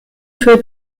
für